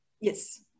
Yes